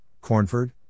Cornford